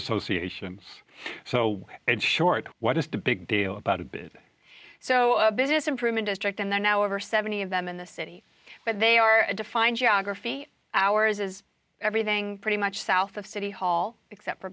associations so it's short what is the big deal about a business so a business improvement district and then over seventy of them in the city but they are defined geography ours is everything pretty much south of city hall except for